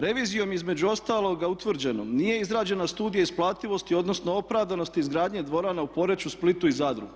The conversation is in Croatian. Revizijom između ostaloga utvrđeno nije izrađena studija isplativosti, odnosno opravdanosti izgradnje dvorana u Poreču, Splitu i Zadru.